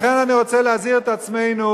לכן אני רוצה להזהיר את עצמנו,